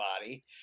body